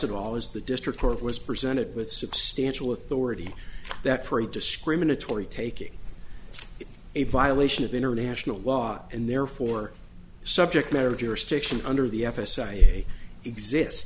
at all as the district court was presented with substantial authority that for a discriminatory taking a violation of international law and therefore subject matter jurisdiction under the f s a exist